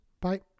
Bye